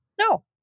No